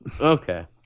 Okay